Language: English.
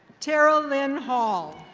tara lynn hall.